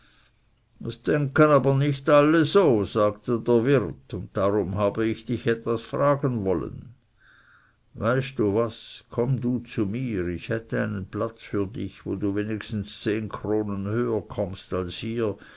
denken aber nicht alle so sagte der wirt und darum habe ich dich etwas fragen wollen weißt du was komm du zu mir ich hätte einen platz für dich wo du wenigstens zehn kronen höher kömmst als hier